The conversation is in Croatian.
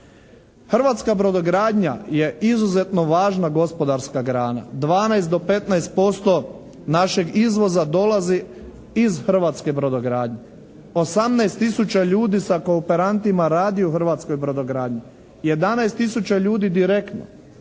Hrvatska brodogradnja je izuzetno važna gospodarska grana. 12 do 15% našeg izvoza dolazi iz hrvatske brodogradnje. 18 tisuća ljudi sa kooperantima radi u hrvatskoj brodogradnji. 11 tisuća ljudi direktno.